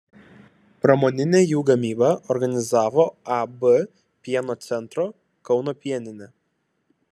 pramoninę jų gamybą organizavo ab pieno centro kauno pieninė